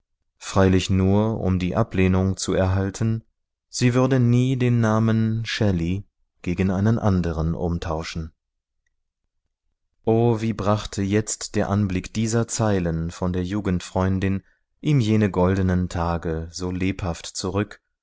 freilich nur um die ablehnung zu erhalten sie würde nie den namen shelley gegen einen anderen umtauschen o wie brachte jetzt der anblick dieser zeilen von der jugendfreundin ihm jene goldenen tage so lebhaft zurück